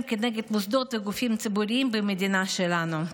כנגד מוסדות וגופים ציבוריים במדינת שלנו.